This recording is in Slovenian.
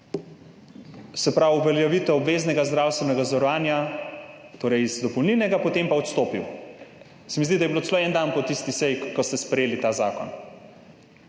je izpeljal uveljavitev obveznega zdravstvenega zavarovanja, torej iz dopolnilnega, potem pa odstopil, se mi zdi, da je bilo celo en dan po tisti seji, ko ste sprejeli ta zakon.